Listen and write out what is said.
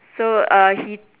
so uh he